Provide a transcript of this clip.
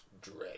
Dread